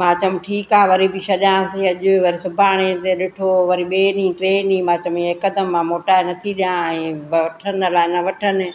मां चयोमि ठीकु आहे वरी बि छॾियांसि अॼु वरी सुभाणे ॾिठो वरी ॿिए ॾींहुं टे ॾींहुं मां चयोमि हिकदमि मां मोटाए नथी ॾिया ऐं वठनि अलाई न वठनि